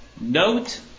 Note